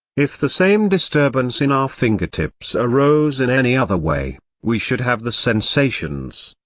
if the same disturbance in our finger-tips arose in any other way, we should have the sensations,